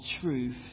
truth